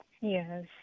Yes